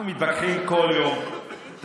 אנחנו מתווכחים בכל יום,